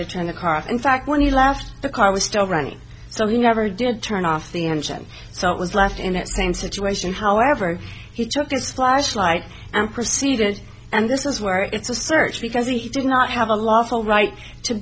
to turn the car in fact when you left the car was still running so he never did turn off the engine so it was left in that same situation however he took this flashlight and proceeded and this is where it's a search because he did not have a lawful right to